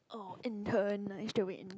oh intern like used to wait in